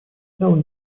взял